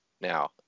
now